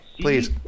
Please